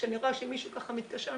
כשאני רואה שמישהו מתקשר,